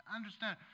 understand